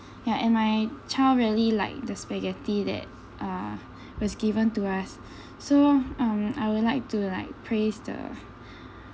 ya and my child really like the spaghetti that(uh) was given to us so um I would like to like praise the